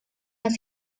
más